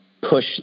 push